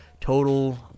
total